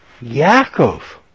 Yaakov